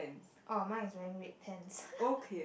orh mine is wearing red pants